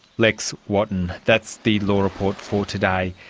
lex wotton. that's the law report for today.